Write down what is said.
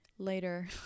later